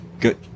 good